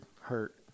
hurt